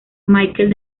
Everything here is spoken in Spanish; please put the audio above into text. michael